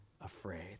afraid